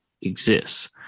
exists